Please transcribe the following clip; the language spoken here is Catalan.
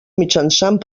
mitjançant